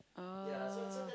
oh